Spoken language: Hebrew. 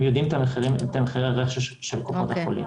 הם יודעים את המחירים של קופות החולים.